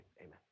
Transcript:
amen